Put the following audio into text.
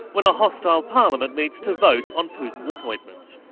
when a hostile parliament meets to vote on putin's appointment.